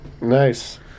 nice